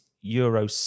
euro